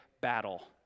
battle